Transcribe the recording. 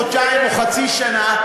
חודשיים או חצי שנה,